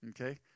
Okay